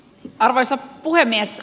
arvoisa puhemies